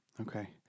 okay